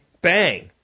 bang